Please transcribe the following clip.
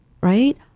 right